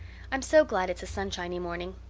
i'm so glad it's a sunshiny morning.